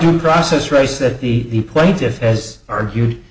due process rights that the plaintiffs as argued